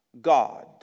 God